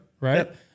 right